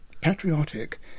patriotic